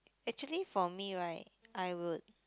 actually for me right I would